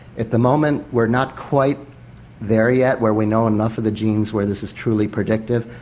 at the moment, we're not quite there yet, where we know enough of the genes where this is truly predictive,